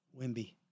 Wimby